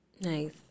Nice